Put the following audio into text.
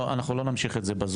לא, אנחנו לא נמשיך את זה בזום.